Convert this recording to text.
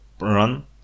run